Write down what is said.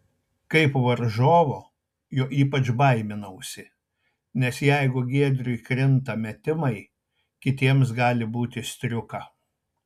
kaip varžovo jo ypač baiminausi nes jeigu giedriui krinta metimai kitiems gali būti striuka